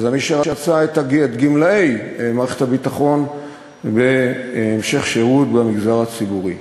אלא מי שרצה את גמלאי מערכת הביטחון בהמשך שירות במגזר הציבורי.